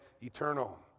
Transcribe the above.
eternal